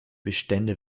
bestände